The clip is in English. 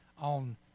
on